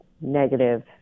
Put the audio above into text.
negative